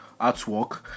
artwork